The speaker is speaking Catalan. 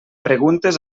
preguntes